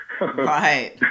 Right